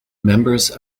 members